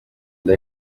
inda